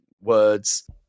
words